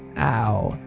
ow!